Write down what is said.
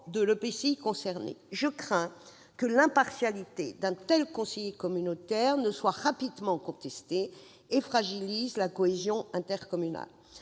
de l'EPCI concerné. Je crains que l'impartialité d'un tel conseiller communautaire ne soit rapidement contestée et ne fragilise la cohésion intercommunale.